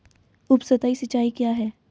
उपसतही सिंचाई क्या है?